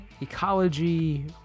ecology